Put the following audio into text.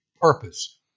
purpose